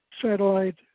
satellite